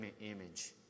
image